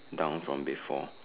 down from before